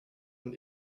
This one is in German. man